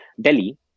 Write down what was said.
Delhi